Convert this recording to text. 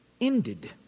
ended